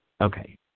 Okay